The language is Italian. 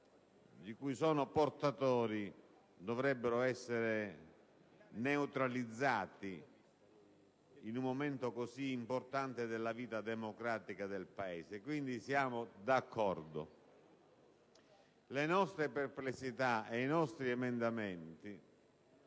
di cui sono portatori, dovrebbero essere neutralizzati in un momento così importante della vita democratica del Paese. Siamo quindi d'accordo; le nostre perplessità e i nostri emendamenti